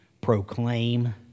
proclaim